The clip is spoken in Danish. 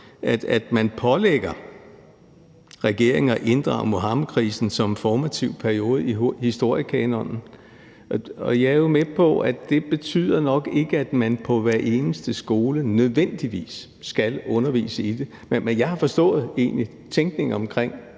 jo – pålægger regeringen at inddrage Muhammedkrisen som formativ periode i historiekanonen. Jeg er jo med på, at det nok ikke betyder, at man på hver eneste skole nødvendigvis skal undervise i det. Men jeg har forstået tænkningen omkring